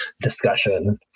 discussion